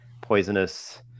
poisonous